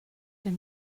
denn